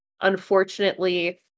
unfortunately